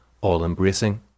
all-embracing